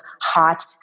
hot